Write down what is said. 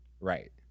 right